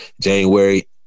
January